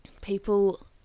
people